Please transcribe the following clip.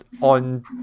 on